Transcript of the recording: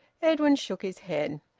edwin shook his head.